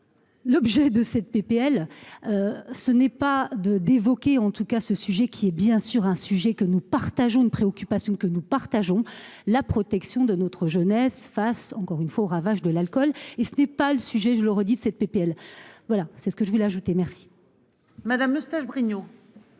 L'objet de cette PPL. Ce n'est pas de d'évoquer en tout cas ce sujet qui est bien sûr un sujet que nous partageons une préoccupation que nous partageons la protection de notre jeunesse face encore une fois aux ravages de l'alcool et ce n'est pas le sujet, je le redis cette PPL voilà c'est ce que je voulais ajouter merci. Madame le stage Bruno.